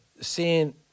seeing